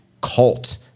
cult